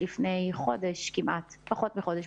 לפני פחות מחודש,